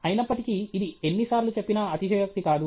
అయినప్పటికీ ఇది ఎన్ని సార్లు చెప్పినా అతిశయోక్తి కాదు